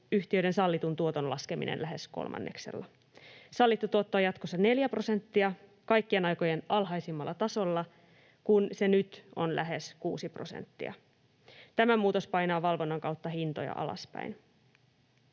yhtiöiden sallitun tuoton laskeminen lähes kolmanneksella. Sallittu tuotto on jatkossa 4 prosenttia, kaikkien aikojen alhaisimmalla tasolla, kun se nyt on lähes 6 prosenttia. Tämä muutos painaa valvonnan kautta hintoja alaspäin.